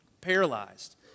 paralyzed